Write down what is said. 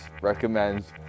recommends